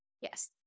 yes